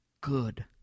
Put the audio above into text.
good